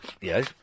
Yes